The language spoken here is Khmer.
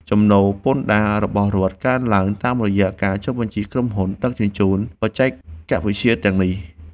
ចំណូលពន្ធដាររបស់រដ្ឋកើនឡើង តាមរយៈការចុះបញ្ជីក្រុមហ៊ុនដឹកជញ្ជូនបច្ចេកវិទ្យាទាំងនេះ។